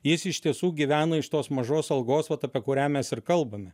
jis iš tiesų gyvena iš tos mažos algos vat apie kurią mes ir kalbame